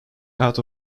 out